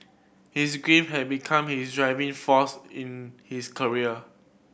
his grief had become his driving force in his career